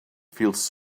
feels